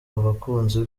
abakunzi